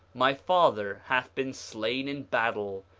my father hath been slain in battle,